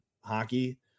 hockey